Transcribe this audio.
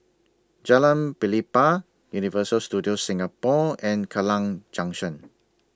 Jalan Pelepah Universal Studios Singapore and Kallang Junction